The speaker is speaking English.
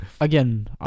again